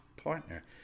partner